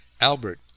albert